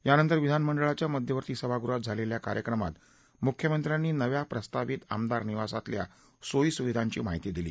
यानंतर विधानमंडळाच्या मध्यवर्ती सभागृहात झालेल्या कार्यक्रमात मुख्यमंत्र्यांनी नव्या प्रस्तावित आमदार निवासातल्या सोयी सुविधांची माहिती दिली